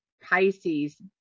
Pisces